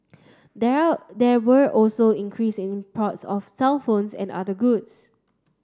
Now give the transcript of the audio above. there there were also increasing imports of cellphones and other goods